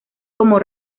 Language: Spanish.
como